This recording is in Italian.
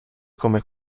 come